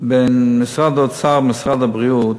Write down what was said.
בין משרד האוצר למשרד הבריאות,